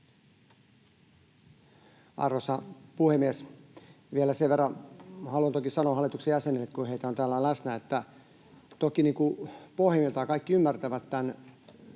Arvoisa puhemies! Vielä sen verran haluan toki sanoa hallituksen jäsenille, kun heitä on täällä läsnä, että toki pohjimmiltaan kaikki ymmärtävät tämän